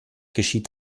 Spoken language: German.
geschieht